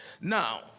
Now